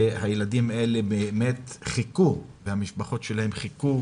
והילדים האלה והמשפחות שלהם באמת חיכו